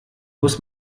muss